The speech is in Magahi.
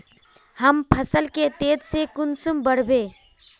हम फसल के तेज से कुंसम बढ़बे?